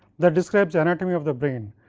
that describes anatomy of the brain.